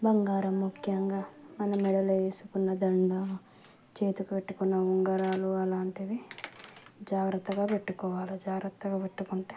బంగారం ముఖ్యంగా మన మెడలో వేసుకున్న దండ చేతి కట్టుకున్న ఉంగరాలు అలాంటివి జాగ్రత్తగా పెట్టుకోవాలి జాగ్రత్తగా పెట్టుకుంటే